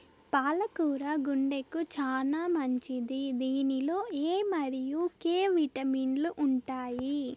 పాల కూర గుండెకు చానా మంచిది దీనిలో ఎ మరియు కే విటమిన్లు ఉంటాయి